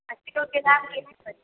दाम केना करि